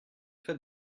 fait